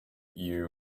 you